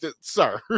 sir